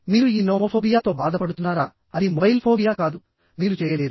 మీరు ఈ నోమోఫోబియాతో బాధపడుతున్నారా అది మొబైల్ ఫోబియా కాదు మీరు చేయలేరు